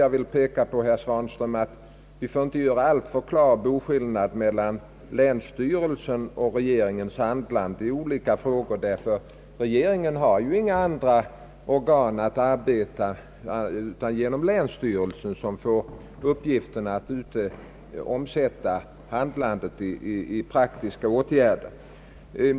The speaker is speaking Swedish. Jag vill dock betona, herr Svanström, att vi inte får göra alltför klar boskillnad mellan länsstyrelsernas och regeringens handlande i olika frågor, ty regeringen har inga andra organ att arbeta genom än länsstyrelserna, som får uppgiften att omsätta handlandet i praktiska åtgärder.